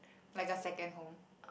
like a second home